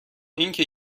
اینکه